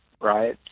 right